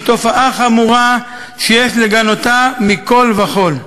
היא תופעה חמורה שיש לגנותה מכול וכול.